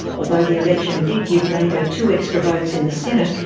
although the election did give labor two extra votes in the senate,